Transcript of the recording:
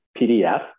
PDF